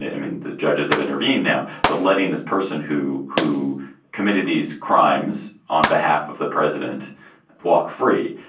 i mean, the judges have intervened now. but letting this person who who committed these crimes on behalf of the president walk free.